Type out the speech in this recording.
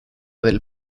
del